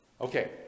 Okay